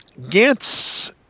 Gantz